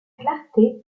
clarté